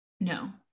no